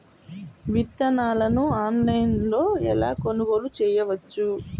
విత్తనాలను ఆన్లైనులో ఎలా కొనుగోలు చేయవచ్చు?